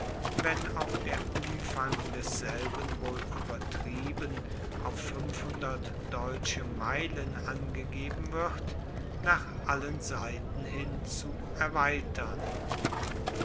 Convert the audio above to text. wenn auch der umfang desselben wohl übertrieben auf deutsche meilen angegeben wird nach allen seiten hin zu erweitern